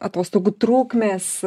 atostogų trukmės